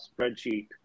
spreadsheet